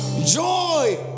joy